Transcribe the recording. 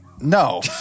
No